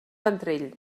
ventrell